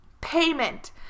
Payment